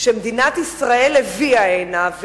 שמדינת ישראל הביאה הנה,